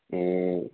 ए